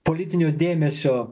politinio dėmesio